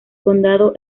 condado